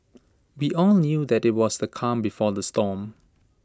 we all knew that IT was the calm before the storm